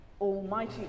Almighty